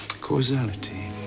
Causality